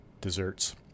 desserts